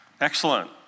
Excellent